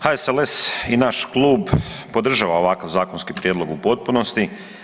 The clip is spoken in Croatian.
HSLS i naš klub podržava ovakav zakonski prijedlog u potpunosti.